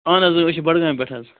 اَہَن حظ اۭں أسۍ چھِ بَڈگامہِ پٮ۪ٹھ حظ